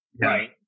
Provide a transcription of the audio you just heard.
right